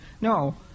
No